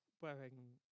wearing